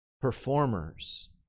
Performers